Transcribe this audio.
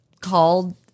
called